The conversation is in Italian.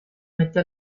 mette